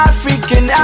African